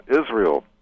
Israel